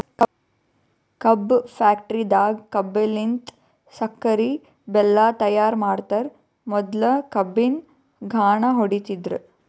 ಕಬ್ಬ್ ಫ್ಯಾಕ್ಟರಿದಾಗ್ ಕಬ್ಬಲಿನ್ತ್ ಸಕ್ಕರಿ ಬೆಲ್ಲಾ ತೈಯಾರ್ ಮಾಡ್ತರ್ ಮೊದ್ಲ ಕಬ್ಬಿನ್ ಘಾಣ ಹೊಡಿತಿದ್ರು